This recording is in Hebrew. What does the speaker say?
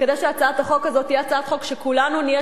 כדי שהצעת החוק הזאת תהיה הצעת חוק שכולנו נהיה